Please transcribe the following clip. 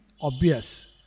obvious